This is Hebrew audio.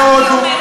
מהודו,